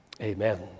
Amen